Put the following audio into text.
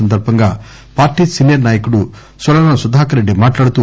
సందర్భంగా పార్లీ సీనియర్ నాయకుడు సురవరం సుధాకర్ రెడ్డి మాట్లాడుతూ